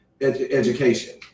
education